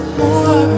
more